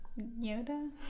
Yoda